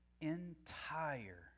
entire